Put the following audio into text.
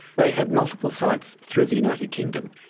they had multiple sites through the united kingdom,